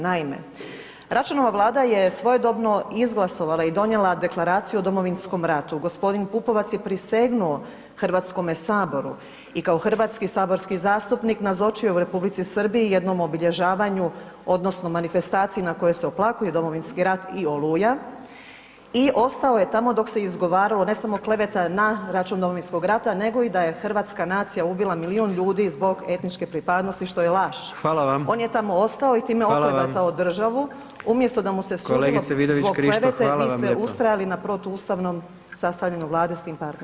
Naime, Račanova vlada je svojedobno izglasovala i donijela Deklaraciju o Domovinskom ratu, gospodin Pupovac je prisegnuo Hrvatskome saboru i kao hrvatski saborski zastupnik nazočio u Republici Srbiji jednom obilježavanju odnosno manifestaciji na kojoj se oplakuje Domovinski rat i Oluja i ostao je tamo dok se izgovarao ne samo kleveta na račun Domovinskog rada nego i da je hrvatska nacija ubila milion ljudi zbog etničke pripadnosti, što je laž [[Upadica: Hvala vam.]] on je tamo ostao i time oklevetao državu umjesto da mu se sudilo zbog klevete vi ste ustrajali [[Upadica: Hvala vam lijepa.]] na protuustavnom sastavljanju vlade s tim partnerom.